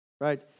right